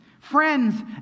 Friends